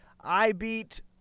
I-beat